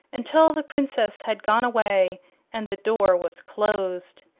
until the princess had gone away and the door was closed.